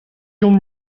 deomp